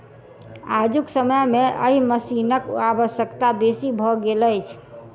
आजुक समय मे एहि मशीनक आवश्यकता बेसी भ गेल अछि